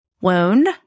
wound